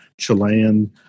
Chilean